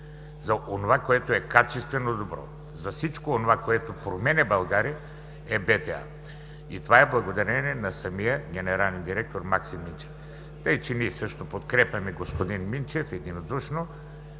за онова, което е качествено, добро, за всичко онова, което променя България, е БТА. И това е благодарение на самия генерален директор Максим Минчев. Ние също единодушно подкрепяме господин Минчев – дай